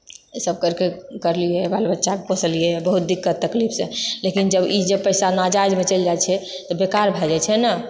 ई सब करके करलियै बाल बच्चाके पोसलियै बहुत दिक्कत तकलीफसँ लेकिन जब ई जब पैसा नाजायजमे चलि जाइत छै तऽ बेकार भए जाइत छै ने